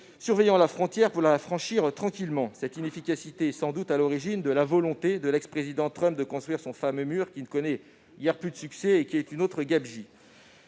surveillant la frontière pour la franchir tranquillement. Cette inefficacité est sans doute à l'origine de la volonté de l'ex-président Trump de construire son fameux mur, autre gabegie qui ne connaît guère plus de succès. Concernant l'Europe,